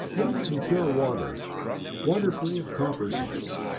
we need some pure water water free of copper salts.